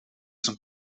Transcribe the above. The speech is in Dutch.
zijn